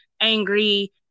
angry